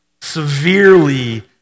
severely